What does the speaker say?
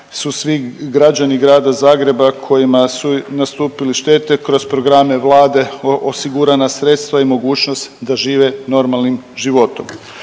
su svi građani Grada Zagreba kojima su nastupili štete kroz programe Vlade osigurana sredstva i mogućnost da žive normalnim životom.